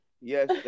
Yes